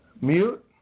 Mute